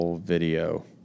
video